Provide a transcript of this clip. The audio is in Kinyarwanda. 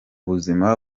buzima